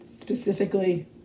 Specifically